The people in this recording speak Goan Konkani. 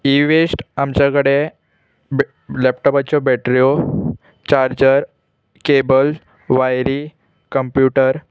ई वेस्ट आमचे कडे लॅपटॉपाच्यो बॅटरो चार्जर केबल वायरी कंप्युटर